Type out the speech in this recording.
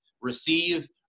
receive